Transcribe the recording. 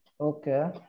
Okay